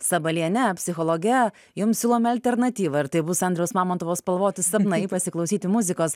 sabaliene psichologe jums siūlome alternatyvą ir tai bus andriaus mamontovo spalvoti sapnai pasiklausyti muzikos